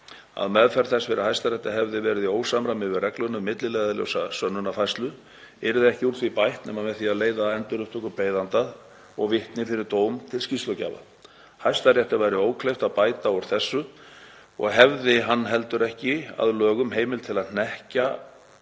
að meðferð þess fyrir Hæstarétti hefði verið í ósamræmi við regluna um milliliðalausa sönnunarfærslu yrði ekki úr því bætt nema með því að leiða endurupptökubeiðanda og vitni fyrir dóm til skýrslugjafa. Hæstarétti væri ókleift að bæta úr þessu og hefði hann heldur ekki að lögum heimild til að hnekkja